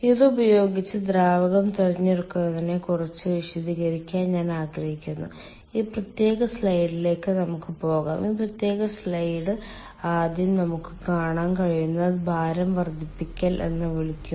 ഇതുപയോഗിച്ച് ദ്രാവകം തിരഞ്ഞെടുക്കുന്നതിനെ കുറിച്ച് വിശദീകരിക്കാൻ ഞാൻ ആഗ്രഹിക്കുന്നു ഈ പ്രത്യേക സ്ലൈഡിലേക്ക് നമുക്ക് പോകാം ഈ പ്രത്യേക സ്ലൈഡ് ആദ്യം നമുക്ക് കാണാൻ കഴിയുന്നത് ഭാരം വർദ്ധിപ്പിക്കൽ എന്ന് വിളിക്കുന്നു